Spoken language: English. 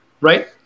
right